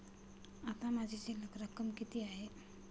आता माझी शिल्लक रक्कम किती आहे?